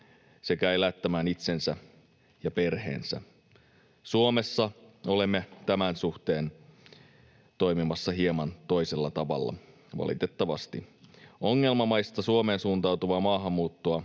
sekä elättämään itsensä ja perheensä. Suomessa olemme tämän suhteen toimimassa hieman toisella tavalla, valitettavasti. Ongelmamaista Suomeen suuntautuvaa maahanmuuttoa